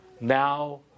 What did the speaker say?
Now